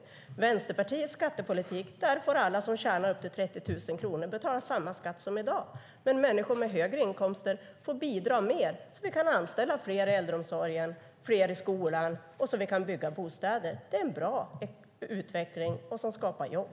Med Vänsterpartiets skattepolitik får alla som tjänar upp till 30 000 kronor betala samma skatt som i dag, men människor med högre inkomster får bidra mer, så att vi kan anställa fler i äldreomsorgen och skolan och så att vi kan bygga bostäder. Det är en bra utveckling som skapar jobb.